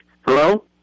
Hello